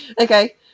Okay